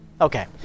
Okay